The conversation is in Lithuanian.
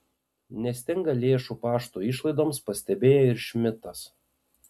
nestinga lėšų pašto išlaidoms pastebėjo ir šmidtas